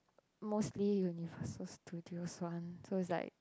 mostly Universal-Studio's one so is like